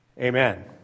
Amen